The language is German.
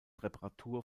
reparatur